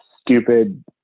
stupid